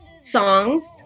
songs